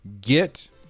Get